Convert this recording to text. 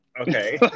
Okay